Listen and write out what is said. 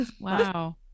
Wow